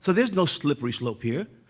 so there's no slippery slope here.